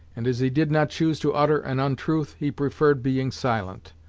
and as he did not choose to utter an untruth, he preferred being silent.